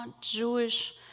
Jewish